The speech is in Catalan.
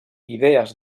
idees